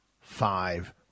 five